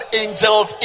angels